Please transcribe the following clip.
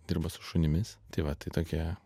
dirba su šunimis tai va tai tokia